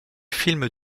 film